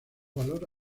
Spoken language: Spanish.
valor